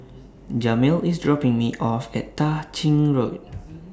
Jamil IS dropping Me off At Tah Ching Road